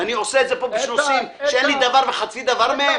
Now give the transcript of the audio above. ואני עושה את זה פה בשביל אנשים שאין לי דבר וחצי דבר מהם.